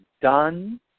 done